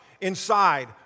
inside